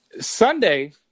Sunday